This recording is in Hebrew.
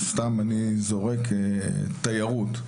תיירות.